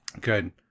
Good